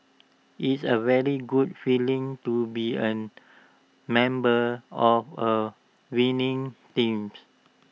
it's A very good feeling to be A member of A winning teams